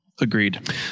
Agreed